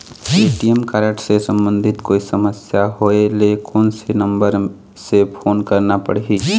ATM card से संबंधित कोई समस्या होय ले, कोन से नंबर से फोन करना पढ़ही?